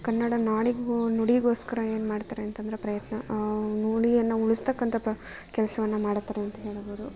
ಕನ್ನಡ ನಾಡಿಗೂ ನುಡಿಗೋಸ್ಕರ ಏನು ಮಾಡ್ತಾರೆ ಅಂತಂದ್ರೆ ಪ್ರಯತ್ನ ನುಡಿಯನ್ನು ಉಳಿಸ್ತಕ್ಕಂಥ ಪ ಕೆಲಸವನ್ನು ಮಾಡ್ತಾರೆ ಅಂತ ಹೇಳಬೋದು